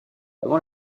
avant